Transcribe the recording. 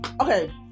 Okay